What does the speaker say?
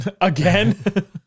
Again